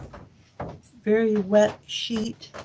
very wet sheet,